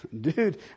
Dude